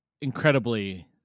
incredibly